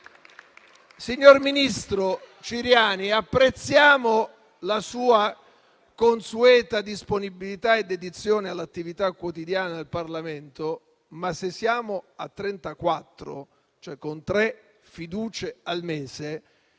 Signor ministro Ciriani, apprezziamo la sua consueta disponibilità e dedizione all'attività quotidiana del Parlamento, ma se siamo a 34 fiducie poste, tre al mese,